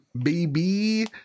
baby